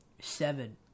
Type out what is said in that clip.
Seven